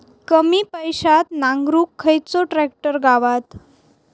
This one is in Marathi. कमी पैशात नांगरुक खयचो ट्रॅक्टर गावात?